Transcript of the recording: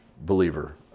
believer